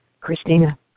Christina